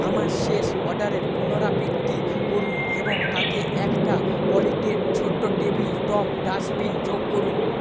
আমার শেষ অর্ডারের পুনরাবৃত্তি করুন এবং তাতে একটা পলিটেট ছোট্টো টেবিল টপ ডাস্টবিন যোগ করুন